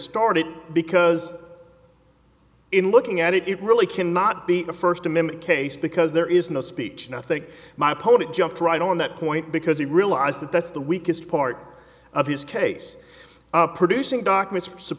started because in looking at it it really cannot be a first amendment case because there is no speech and i think my opponent jumped right on that point because he realized that that's the weakest part of his case producing documents s